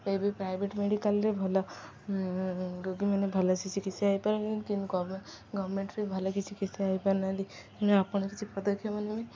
ଏବେ ପ୍ରାଇଭେଟ ମେଡ଼ିକାଲରେ ଭଲ ରୋଗୀମାନେ ଭଲ ସେ ଚିକିତ୍ସା ହେଇପାରୁଛନ୍ତି କିନ୍ତୁ ଗଭମେଣ୍ଟରେ ଭଲ କିଛି ଚିକିତ୍ସା ହେଇପାରୁନାହାନ୍ତି ତେଣୁ ଆପଣ କିଛି ପଦକ୍ଷେପ ନିଅନ୍ତୁ